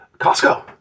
Costco